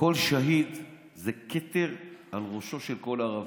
כל שהיד זה כתר על ראשו של כל ערבי.